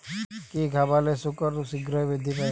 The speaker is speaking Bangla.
কি খাবালে শুকর শিঘ্রই বৃদ্ধি পায়?